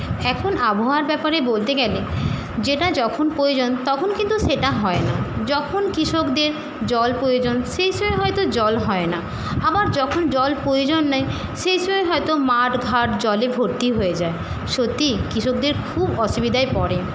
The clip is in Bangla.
এখন আবহাওয়ার ব্যাপারে বলতে গেলে যেটা যখন প্রয়োজন তখন কিন্তু সেটা হয় না যখন কৃষকদের জল প্রয়োজন সেইসের হয়তো জল হয় না আবার যখন জল প্রয়োজন নেই সেই সেইসের হয়তো মাঠ ঘাট জলে ভর্তি হয়ে যায় সত্যি কৃষকদের খুব অসুবিধায় পড়ে